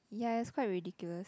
ya it's quite ridiculous